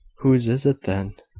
whose is it then?